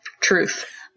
Truth